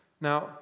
Now